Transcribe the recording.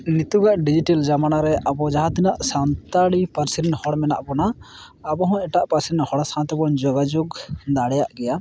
ᱱᱤᱛᱚᱜᱼᱟᱜ ᱰᱤᱡᱤᱴᱟᱞ ᱡᱟᱢᱟᱱᱟᱨᱮ ᱟᱵᱚ ᱡᱟᱦᱟᱸ ᱛᱤᱱᱟᱹᱜ ᱥᱟᱱᱛᱟᱲᱤ ᱯᱟᱨᱥᱤᱨᱮᱱ ᱦᱚᱲ ᱢᱮᱱᱟᱜ ᱵᱚᱱᱟ ᱟᱵᱚᱦᱚᱸ ᱮᱴᱟᱜ ᱯᱟᱨᱥᱤᱨᱮᱱ ᱦᱚᱲ ᱥᱟᱶᱛᱮᱵᱚᱱ ᱡᱳᱜᱟᱡᱳᱜᱽ ᱫᱟᱲᱮᱭᱟᱜ ᱜᱮᱭᱟ